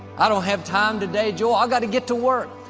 i don't have time today joel i got to get to work.